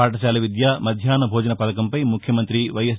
పాఠశాల విద్య మధ్యాహ్న భోజన పథకంపై ముఖ్యమంత్రి వైఎస్